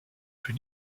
fut